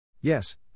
Yes